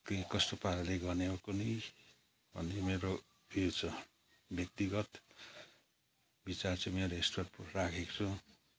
के कस्तो पाराले गर्ने हो कुनि अनि मेरो उयो छ व्यक्तिगत विचार चाहिँ मेरो यस्तो राखेको छु